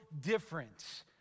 difference